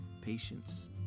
patience